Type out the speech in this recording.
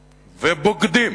ו"בוגדים".